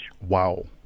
wow